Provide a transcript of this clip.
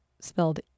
spelled